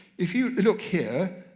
if you look here,